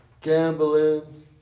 gambling